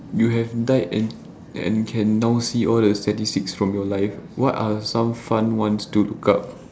you have died and and can now see all the statistics from your life what are some fun ones to look up